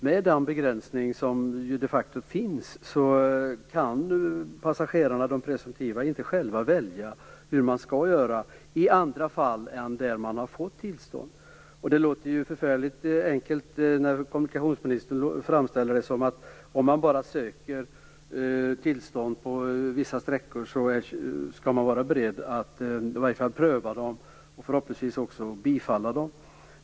Med den begränsning som de facto finns, kan de presumtiva passagerarna inte välja själva hur de skall göra i andra fall än där tillstånd har givits. Det låter ju förfärligt enkelt när kommunikationsministern framställer det som att om man bara söker tillstånd på vissa sträckor, kan dessa tillstånd prövas och förhoppningsvis också bifallas.